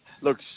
Look